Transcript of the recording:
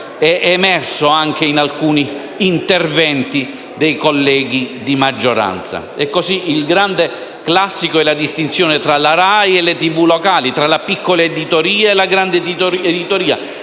è emerso anche in alcuni interventi dei colleghi di maggioranza. Così, il grande classico è la distinzione tra la RAI e le TV locali, tra la piccola e la grande editoria.